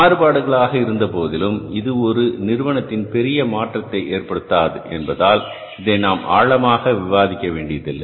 மாறுபாடுகளாக இருந்தபோதிலும் இது ஒரு நிறுவனத்தில் பெரிய மாற்றத்தை ஏற்படுத்தாது என்பதால் இதை நாம் ஆழமாக விவாதிக்க வேண்டியதில்லை